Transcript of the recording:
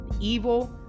evil